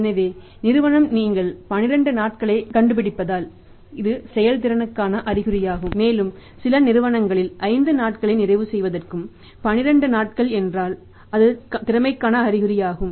எனவே இந்த நிறுவனம் நீங்கள் 12 நாட்களைக் கண்டுபிடித்தால் இது செயல்திறனுக்கான அறிகுறியாகும்